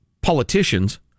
politicians